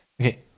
Okay